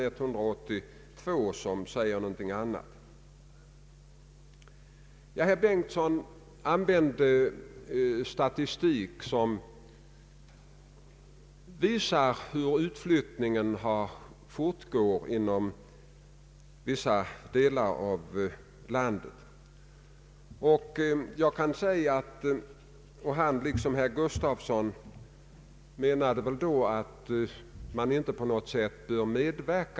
Man vill bo på en ort där man har en bra bostad, där man har relativt nära till sitt arbete och där man har möjligheter att göra sina inköp utan alltför stort besvär.